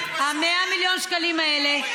ותאמיני לי שה-100 מיליון שקלים האלה,